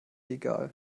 egal